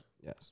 Yes